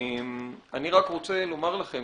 אני רק רוצה לומר לכם,